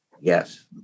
Yes